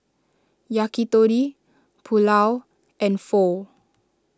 Yakitori Pulao and Pho